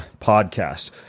podcast